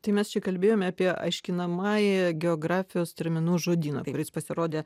tai mes čia kalbėjome apie aiškinamąjį geografijos terminų žodyną kuris pasirodė